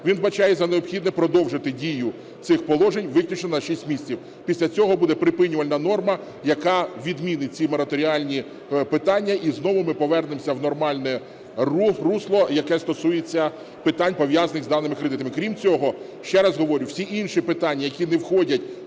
він вбачає за необхідне продовжити дію цих положень виключно на 6 місяців. Після цього буде припинювальна норма, яка відмінить ці мораторіальні питання, і знову ми повернемося в нормальне русло, яке стосується питань, пов'язаних з даними кредитами. Крім цього, ще раз говорю, всі інші питання, які не входять